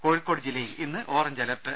കോഴിക്കോട് ജില്ലയിൽ ഇന്ന് orange alert